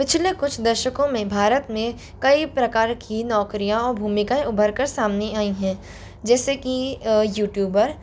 पिछले कुछ दशकों में भारत में कई प्रकार की नौकरियाँ औ भूमिकाएँ उभर कर सामने आईं हैं जैसे कि यूट्यूबर